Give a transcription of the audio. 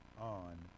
on